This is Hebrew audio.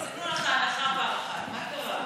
עשו לך הנחה פעם אחת, מה קרה?